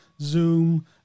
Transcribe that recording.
Zoom